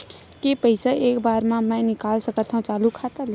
के पईसा एक बार मा मैं निकाल सकथव चालू खाता ले?